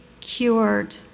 cured